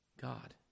God